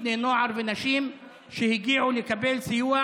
בני נוער ונשים שהגיעו לקבל סיוע,